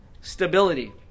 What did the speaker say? stability